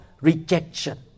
rejection